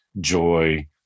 joy